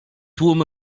tłum